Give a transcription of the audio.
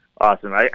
awesome